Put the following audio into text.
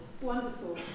wonderful